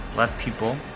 less people.